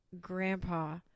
grandpa